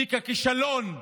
תיק הכישלון הלאומי.